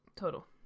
total